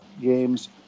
games